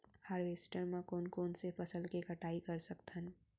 Harvester म कोन कोन से फसल के कटाई कर सकथन?